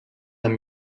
amb